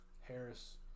Harris